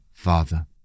father